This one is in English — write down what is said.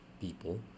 people